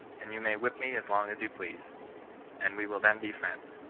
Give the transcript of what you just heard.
and you may whip me as long as you please and we will then be friends.